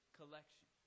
collection